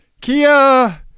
Kia